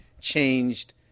changed